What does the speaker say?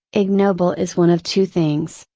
ignoble is one of two things,